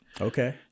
Okay